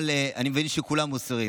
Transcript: אבל אני מבין שכולן מוסרות.